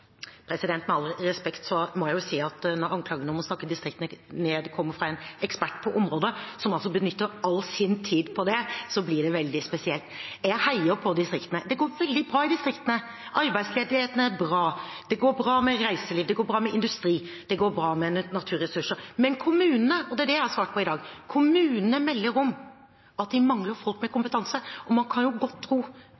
Med all respekt: Når anklagen om å snakke distriktene ned kommer fra en ekspert på området, som benytter all sin tid til det, blir det veldig spesielt. Jeg heier på distriktene. Det går veldig bra i distriktene. Arbeidsledigheten er lav, det går bra med reiselivet og industrien, og det går bra med naturressursene. Men kommunene melder om at de mangler folk med kompetanse, og det er det jeg har svart ut fra i dag. Man kan godt tro at jeg ikke vet hva jeg snakker om, men da får man snakke med